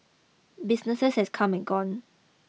businesses have come and gone